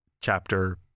chapter